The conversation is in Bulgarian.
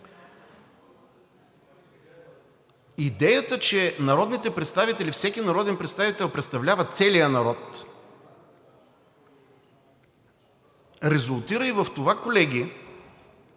Идеята, че народните представители, всеки народен представител, представлява целия народ резултира и в това, колеги,